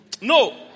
No